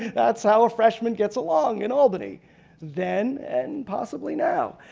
that's how a freshman gets along in albany then and possibly now.